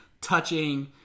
touching